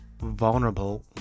vulnerable